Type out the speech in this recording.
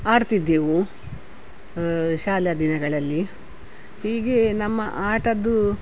ಆಡ್ತಿದ್ದೆವು ಶಾಲಾ ದಿನಗಳಲ್ಲಿ ಹೀಗೆ ನಮ್ಮ ಆಟದ್ದು